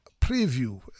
preview